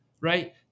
right